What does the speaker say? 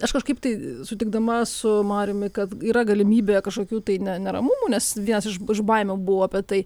aš kažkaip tai sutikdama su mariumi kad yra galimybė kažkokių tai ne neramumų nes vienas iš iš baimių buvo apie tai